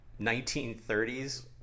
1930s